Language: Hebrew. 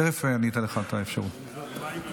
דרך אגב, אני לא